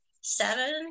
seven